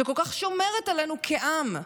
שכל כך שומרת עלינו כעם,